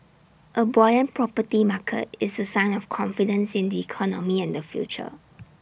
A buoyant property market is A sign of confidence in the economy and the future